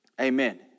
Amen